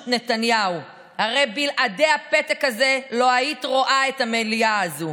נתניהו" הרי בלעדי הפתק הזה לא היית רואה את המליאה הזאת.